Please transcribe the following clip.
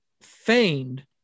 feigned